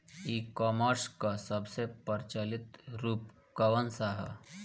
ई कॉमर्स क सबसे प्रचलित रूप कवन सा ह?